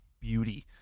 Beauty